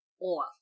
off